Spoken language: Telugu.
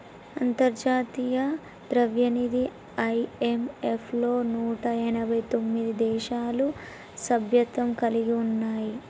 అంతర్జాతీయ ద్రవ్యనిధి ఐ.ఎం.ఎఫ్ లో నూట ఎనభై తొమ్మిది దేశాలు సభ్యత్వం కలిగి ఉన్నాయి